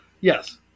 Yes